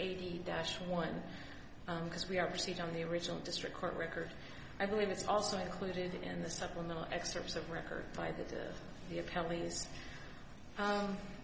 eighty dash one because we are perceived on the original district court record i believe it's also included in the supplemental excerpts of record